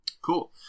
Cool